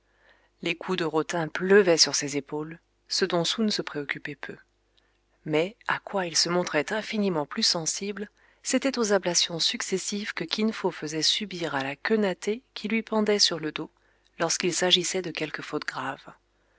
les coups de rotin pleuvaient sur ses épaules ce dont soun se préoccupait peu mais à quoi il se montrait infiniment plus sensible c'était aux ablations successives que kin fo faisait subir à la queue nattée qui lui pendait sur le dos lorsqu'il s'agissait de quelque faute grave